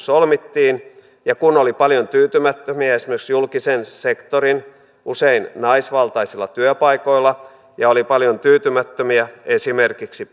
solmittiin ja kun oli paljon tyytymättömiä esimerkiksi julkisen sektorin usein naisvaltaisilla työpaikoilla ja oli paljon tyytymättömiä esimerkiksi